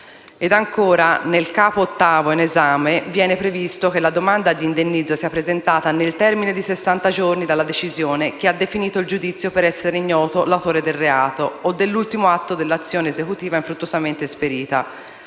danno. Nel capo VIII in esame viene previsto che la domanda di indennizzo sia presentata nel termine di sessanta giorni dalla decisione che ha definito il giudizio per essere ignoto l'autore del reato, o dall'ultimo atto dell'azione esecutiva infruttuosamente esperita.